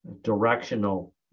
directional